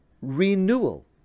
renewal